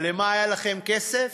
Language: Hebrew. אבל למה היה לכם כסף?